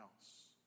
else